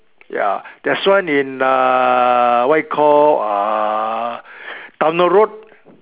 ya there's one in uh what you call uh Towner road